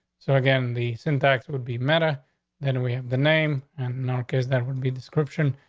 so again, the syntax would be matter that and we have the name and no case that would be description,